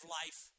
life